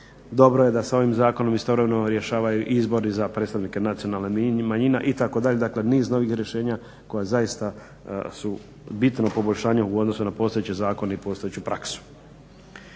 Dobro je da se ovim zakonom istovremeno rješavaju izbori za predstavnike nacionalnih manjina itd. Dakle, niz novih rješenja koja zaista su bitno poboljšanje u odnosu na postojeće zakone i postojeću praksu.